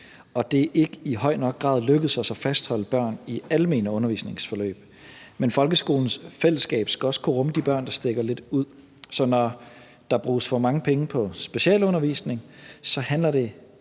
det er ikke i høj nok grad lykkedes os at fastholde børn i almene undervisningsforløb. Men folkeskolens fællesskab skal også kunne rumme de børn, der stikker lidt ud. Så når der bruges for mange penge på specialundervisning, handler det